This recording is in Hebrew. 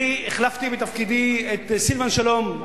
אני החלפתי בתפקידי את סילבן שלום,